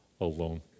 alone